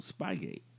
Spygate